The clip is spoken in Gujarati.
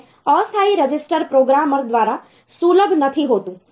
અને અસ્થાયી રજીસ્ટર પ્રોગ્રામર દ્વારા સુલભ નથી હોતું